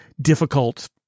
difficult